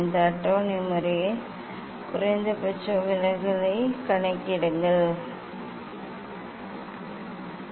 இந்த அட்டவணையை முடிக்க குறைந்தபட்ச விலகலைக் கணக்கிடுங்கள் குறைந்தபட்ச விலகலைக் கணக்கிடவும் ஆம்